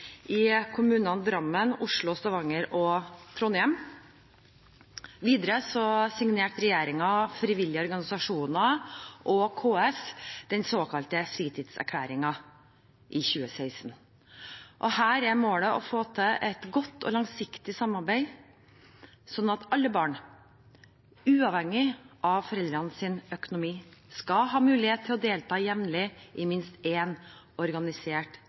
i kommunene Drammen, Oslo, Stavanger og Trondheim. Videre signerte regjeringen, frivillige organisasjoner og KS den såkalte Fritidserklæringen i 2016. Her er målet å få til et godt og langsiktig samarbeid, slik at alle barn, uavhengig av foreldrenes økonomi, skal kunne ha mulighet til å delta jevnlig i minst én organisert